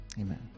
amen